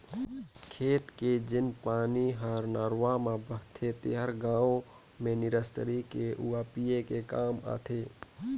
खेत के जेन पानी हर नरूवा में बहथे तेहर गांव में निस्तारी के आउ पिए के काम आथे